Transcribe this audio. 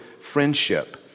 friendship